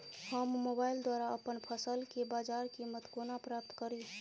हम मोबाइल द्वारा अप्पन फसल केँ बजार कीमत कोना प्राप्त कड़ी?